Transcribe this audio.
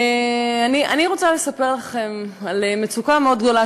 אני רוצה לספר לכם על מצוקה מאוד גדולה